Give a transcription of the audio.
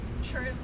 true